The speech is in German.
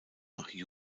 nach